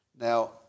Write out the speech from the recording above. Now